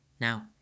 Now